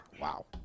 wow